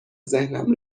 ذهنم